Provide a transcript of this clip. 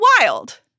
wild